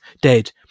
dead